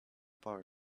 power